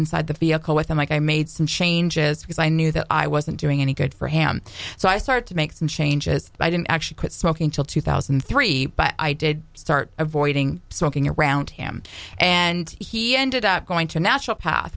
inside the vehicle with him like i made some changes because i knew that i wasn't doing any good for him so i started to make some changes i didn't actually quit smoking till two thousand and three but i did start avoiding smoking around him and he ended up going to a natural path